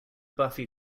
buffy